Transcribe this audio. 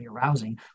arousing